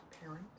Parent